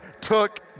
took